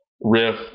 riff